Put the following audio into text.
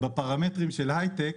בפרמטרים של הייטק,